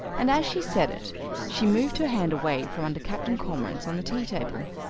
and as she said it she moved her hand away from under captain cormorant's on the tea-table.